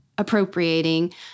appropriating